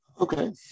Okay